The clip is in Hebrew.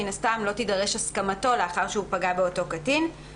תידרש הסכמתו של אותו הורה לאחר שפגע באותו קטין.